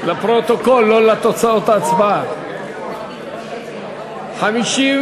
קבוצת סיעת רע"ם-תע"ל-מד"ע וקבוצת סיעת חד"ש